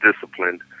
disciplined